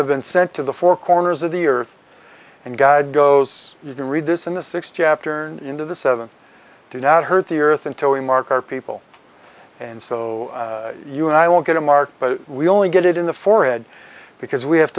have been sent to the four corners of the earth and god goes you can read this in the six chapter into the seven do not hurt the earth until we mark our people and so you and i will get a mark but we only get it in the forehead because we have